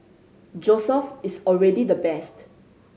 Joseph is already the best